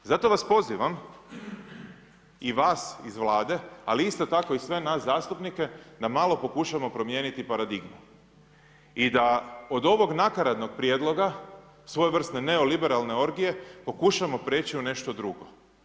Zato vas pozivam i vas iz Vlade, ali isto tako i sve nas zastupnike da malo pokušamo promijeniti paradigmu i da od ovog nakaradnog prijedloga, svojevrsne neoliberalne orgije pokušamo prijeći u nešto drugo.